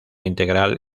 integral